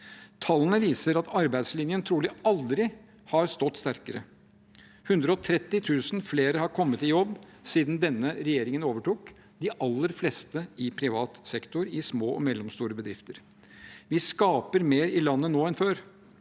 Tallene viser at arbeidslinjen trolig aldri har stått sterkere – 130 000 flere har kommet i jobb siden denne regjeringen overtok, de aller fleste i små og mellomstore bedrifter i privat sektor. Vi skaper mer i landet nå enn før.